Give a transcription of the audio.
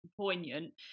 poignant